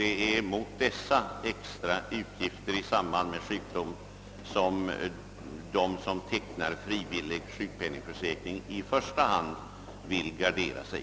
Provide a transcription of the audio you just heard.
Det är mot dessa utgifter i samband med sjukdom som de som tecknar frivillig sjukpenningförsäkring i första hand vill gardera sig.